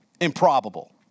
Improbable